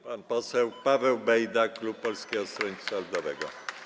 Pan poseł Paweł Bejda, klub Polskiego Stronnictwa Ludowego.